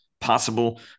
possible